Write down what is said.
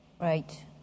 Right